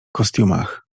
kostiumach